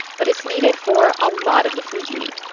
but it's needed for a lot of the food you eat.